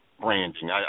branding